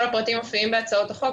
כל הפרטים מופיעים בהצעות החוק.